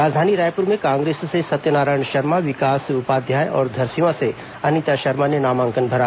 राजधानी रायपुर में कांग्रेस से सत्यनारायण शर्मा विकास उपाध्याय और धरसींवा से अनिता शर्मा ने नामांकन भरा